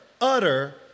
utter